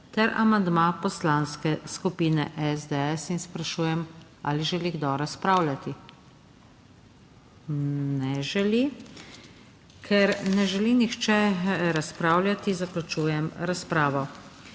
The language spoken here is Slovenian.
ter amandma Poslanske skupine SDS in sprašujem ali želi kdo razpravljati? Ne želi. Ker ne želi nihče razpravljati, zaključujem razpravo.